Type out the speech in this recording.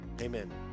Amen